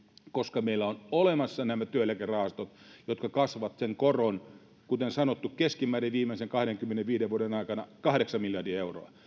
koska meillä on olemassa nämä työeläkerahastot jotka kasvavat korkoa kuten sanottu viimeisen kahdenkymmenenviiden vuoden aikana keskimäärin kahdeksan miljardia euroa